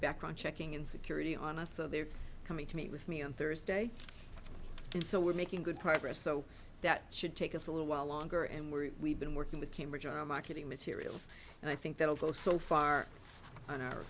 background checking in security on us so they're coming to meet with me on thursday and so we're making good progress so that should take us a little while longer and we're we've been working with cambridge on marketing materials and i think that although so far on our